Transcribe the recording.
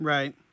Right